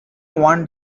one